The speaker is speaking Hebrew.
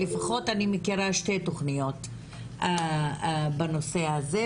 לפחות אני מכירה שתי תוכניות בנושא הזה,